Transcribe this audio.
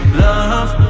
love